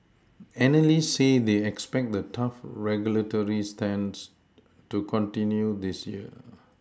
analysts say they expect the tough regulatory stance to continue this year